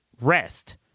rest